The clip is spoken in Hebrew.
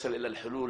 זה צובט בלב,